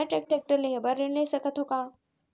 मैं टेकटर लेहे बर ऋण ले सकत हो का?